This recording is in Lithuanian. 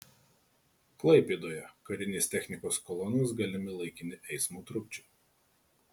klaipėdoje karinės technikos kolonos galimi laikini eismo trukdžiai